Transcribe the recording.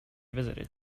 visited